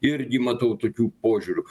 irgi matau tokių požiūrių